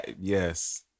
Yes